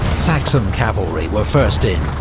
saxon cavalry were first in,